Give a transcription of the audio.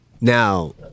Now